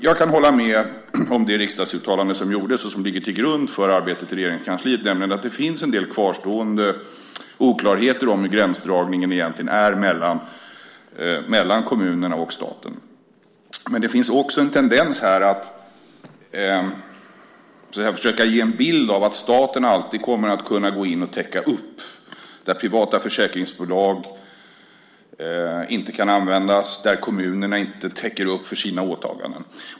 Jag kan hålla med om det riksdagsuttalande som gjordes och som ligger till grund för arbetet i Regeringskansliet, nämligen att det finns en del kvarstående oklarheter om hur gränsdragningen egentligen är mellan kommunerna och staten. Men det finns också en tendens här att försöka ge en bild av att staten alltid kommer att kunna gå in och täcka upp där privata försäkringsbolag inte kan användas och där kommunerna inte täcker upp för sina åtaganden.